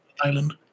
island